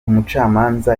umucamanza